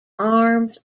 arms